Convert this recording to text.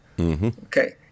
Okay